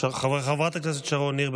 חברת הכנסת שרון ניר,